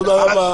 תודה רבה.